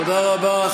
תודה רבה.